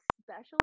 special